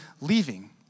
leaving